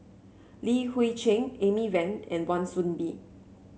Li Hui Cheng Amy Van and Wan Soon Bee